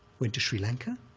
went to sri lanka,